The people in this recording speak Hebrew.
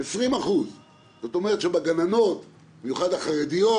20%. זאת אומרת שרק 20% מהגננות, במיוחד החרדיות,